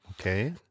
Okay